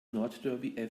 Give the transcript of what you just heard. nordderby